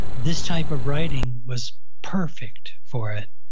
this type of writing was perfect for it.